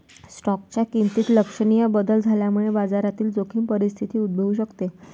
स्टॉकच्या किमतीत लक्षणीय बदल झाल्यामुळे बाजारातील जोखीम परिस्थिती उद्भवू शकते